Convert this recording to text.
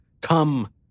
come